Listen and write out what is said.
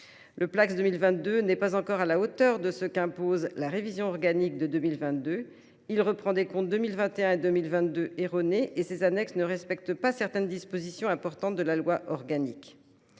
Le Placss 2022 n’est pas encore à la hauteur de ce qu’impose la loi organique de 2022 : il reprend des comptes 2021 et 2022 erronés et ses annexes ne respectent pas certaines dispositions importantes de la loi organique.